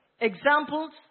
Examples